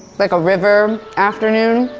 like a river afternoon,